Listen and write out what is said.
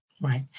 Right